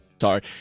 sorry